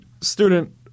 student